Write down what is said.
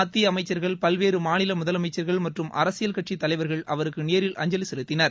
மத்திய அமைச்சர்கள் பல்வேறு மாநில முதலமைச்சர்கள் மற்றும் அரசியல் கட்சி தலைவர்கள் அவருக்கு நேரில் அஞ்சலி செலுத்தினர்